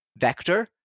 vector